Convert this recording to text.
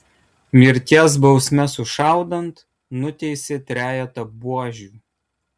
mirties bausme sušaudant nuteisė trejetą buožių